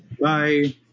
Bye